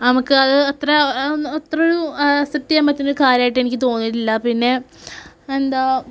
നമുക്കത് അത്രൊ രു ആസ്പെറ്റ് ചെയ്യാൻ പറ്റുന്നൊരു കാര്യമായിട്ട് എനിക്ക് തോന്നിയിട്ടില്ല പിന്നെ എന്താണ്